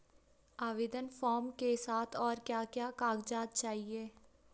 आवेदन फार्म के साथ और क्या क्या कागज़ात चाहिए?